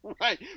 Right